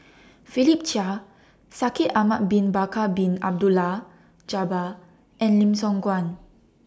Philip Chia Shaikh Ahmad Bin Bakar Bin Abdullah Jabbar and Lim Siong Guan